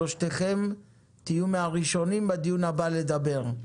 שלושתכם תהיו מהראשונים בדיון הבא לדבר.